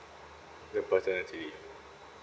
the paternity leave